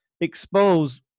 expose